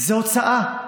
זו הוצאה.